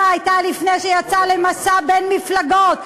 הייתה לפני שיצא למסע בין מפלגות,